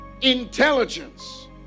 intelligence